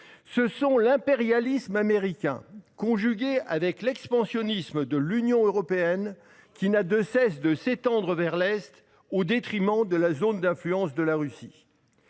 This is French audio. C'est l'impérialisme américain, conjugué à l'expansionnisme de l'Union européenne. Celle-ci n'a de cesse de s'étendre vers l'est, au détriment de la zone d'influence de la Russie.